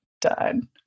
done